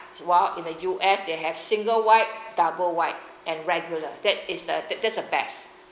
while in the U_S they have single wide double wide and regular that is the that's the best